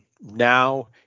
now